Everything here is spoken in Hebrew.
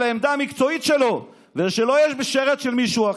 העמדה המקצועית שלו ושלא יהיה כלי שרת של מישהו אחר.